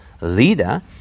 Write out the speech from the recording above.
leader